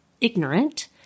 ignorant